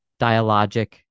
Dialogic